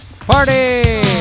Party